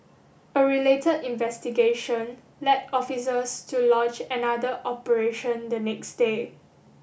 a relate investigation led officers to launch another operation the next day